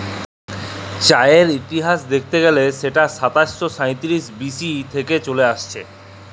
চাঁয়ের ইতিহাস দ্যাইখতে গ্যালে সেট সাতাশ শ সাঁইতিরিশ বি.সি থ্যাইকে চলে আইসছে